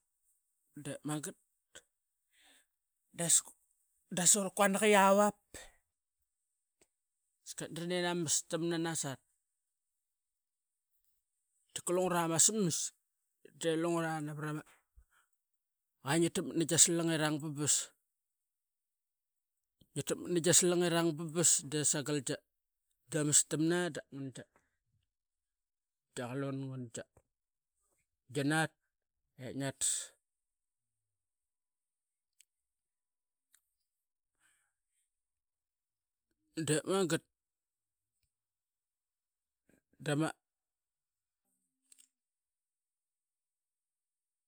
Depmaget daso ruquanak iawap, sket dra nin ama mastamna nasat. Tika lungra ramasmas de lungra varama qua ngi tak mat nigia slangirang babas, ngi takmat nigia takmat nigia slangirang babas de sagal tia mastamna ngan tia qalun ngan tia, gnat ep ngia tas. De maget dama.